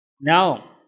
Now